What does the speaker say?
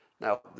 Now